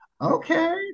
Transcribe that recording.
Okay